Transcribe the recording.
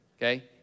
okay